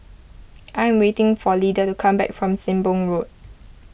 I am waiting for Lida to come back from Sembong Road